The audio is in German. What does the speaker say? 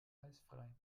eisfrei